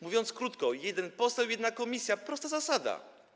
Mówiąc krótko: jeden poseł, jedna komisja - prosta zasada.